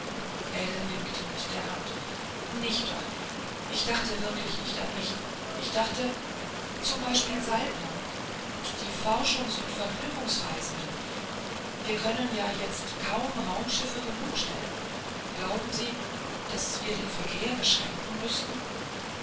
winkte mit der hand nicht doch ich dachte wirklich nicht an mich ich dachte zum beispiel saltner und die forschungs und vergnügungsreisenden wir können ja jetzt kaum raumschiffe genug stellen glauben sie daß wir den verkehr beschränken müßten